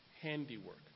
Handiwork